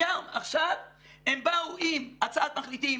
עכשיו הם באו עם הצעת מחליטים.